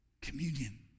communion